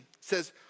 says